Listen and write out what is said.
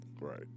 right